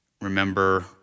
remember